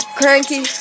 cranky